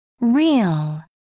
Real